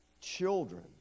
children